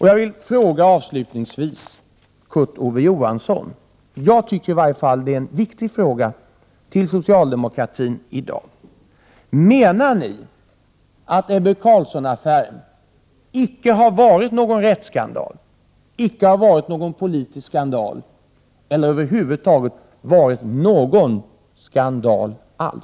Jag vill avslutningsvis ställa en fråga till Kurt Ove Johansson — i varje fall tycker jag att det är en viktig fråga till socialdemokraterna i dag: Menar ni att Ebbe Carlsson-affären icke har varit någon rättsskandal, att den icke har varit någon politisk skandal eller att den över huvud taget icke har varit någon skandal?